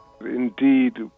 Indeed